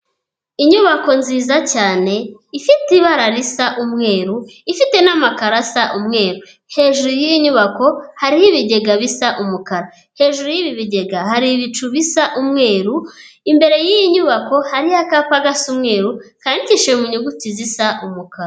Inyubako nziza cyane ifite ibara risa umweru ifite n'amakaro asa umweru, hejuru y'iyi nyubako hariho ibigega bisa umukara, hejuru y'ibi bigega hari ibicu bisa umweru, imbere y'iyi nyubako hariho akapa gasa umweru kandikishije mu nyuguti zisa umukara.